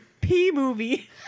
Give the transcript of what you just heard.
P-movie